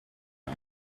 him